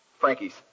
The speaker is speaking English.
Frankies